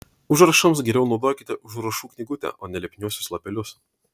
užrašams geriau naudokite užrašų knygutę o ne lipniuosius lapelius